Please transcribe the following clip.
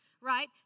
right